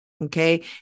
Okay